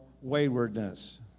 waywardness